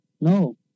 No